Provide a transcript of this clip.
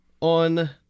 on